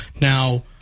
Now